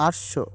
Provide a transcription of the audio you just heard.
পাঁচশো